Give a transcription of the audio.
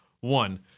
One